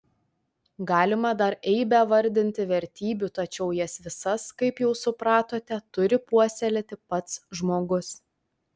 galima dar eibę vardinti vertybių tačiau jas visas kaip jau supratote turi puoselėti pats žmogus